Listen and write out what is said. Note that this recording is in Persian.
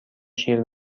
شیر